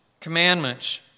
commandments